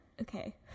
Okay